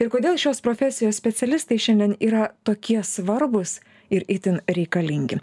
ir kodėl šios profesijos specialistai šiandien yra tokie svarbūs ir itin reikalingi